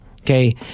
Okay